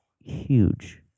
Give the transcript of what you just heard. huge